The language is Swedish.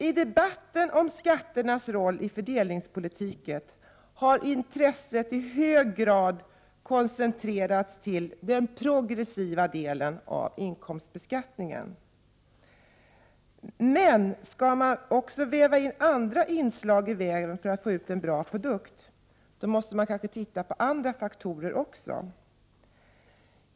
I debatten om skatternas roll i fördelningspolitiken har intresset i hög gra koncentrerats till den progressiva delen av inkomstbeskattningen. Men skal man väva in flera inslag i väven för att få ut en bra produkt, så måste ma kanske se även på andra faktorer.